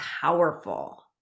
powerful